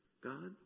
God